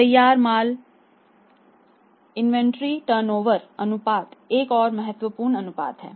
तैयार माल inventory turnover अनुपात एक और महत्वपूर्ण अनुपात है